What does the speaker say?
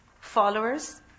Followers